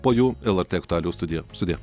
po jų lrt aktualijų studija sudie